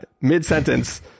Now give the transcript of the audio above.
Mid-sentence